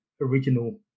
original